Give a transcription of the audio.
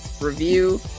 review